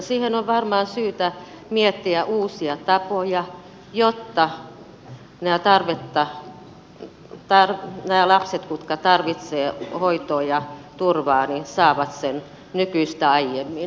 siihen on varmaan syytä miettiä uusia tapoja jotta nämä lapset jotka tarvitsevat hoitoa ja turvaa saavat sen nykyistä aiemmin